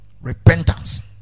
repentance